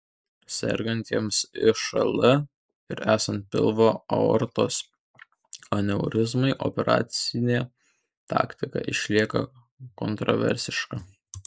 sergantiems išl ir esant pilvo aortos aneurizmai operacinė taktika išlieka kontraversiška